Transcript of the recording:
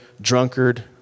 drunkard